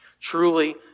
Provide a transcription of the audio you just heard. Truly